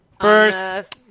first